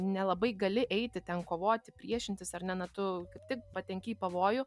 nelabai gali eiti ten kovoti priešintis ar ne na tu kaip tik patenki į pavojų